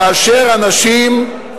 כאשר אנשים,